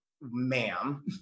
ma'am